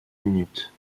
minutes